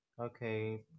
Okay